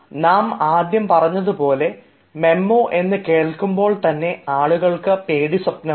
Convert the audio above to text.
നാം ആദ്യം പറഞ്ഞതുപോലെ മെമ്മോ എന്ന് കേൾക്കുമ്പോൾ തന്നെ ആളുകൾക്ക് പേടിസ്വപ്നമാണ്